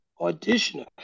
auditioner